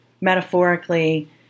metaphorically